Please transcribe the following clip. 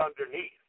underneath